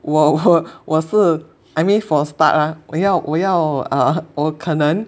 我我是 I mean for a start ah 我要我要 err 我可能